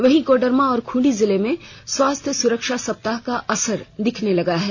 वहीं कोडरमा और खूंटी जिले में स्वास्थ्य सुरक्षा सप्ताह का असर दिखने लगा है